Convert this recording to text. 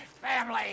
family